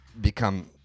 become